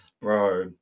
Bro